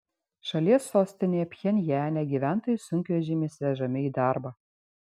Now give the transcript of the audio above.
šalies sostinėje pchenjane gyventojai sunkvežimiais vežami į darbą